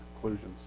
conclusions